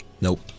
Nope